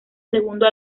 segundo